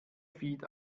feed